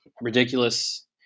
ridiculous